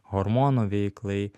hormonų veiklai